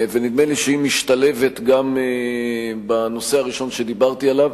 ונדמה לי שהיא משתלבת גם בנושא הראשון שדיברתי עליו.